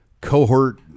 cohort